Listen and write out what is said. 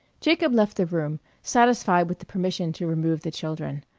jacob left the room, satisfied with the permission to remove the children.